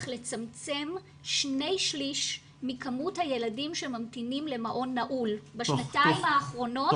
לצמצם שני שליש מכמות הילדים שממתינים למעון נעול בשנתיים האחרונות.